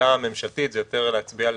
עמדה ממשלתית, זה יותר להצביע על